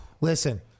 listen